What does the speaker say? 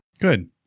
Good